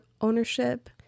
ownership